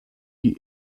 die